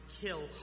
kill